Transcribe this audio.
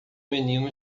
menino